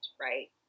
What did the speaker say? right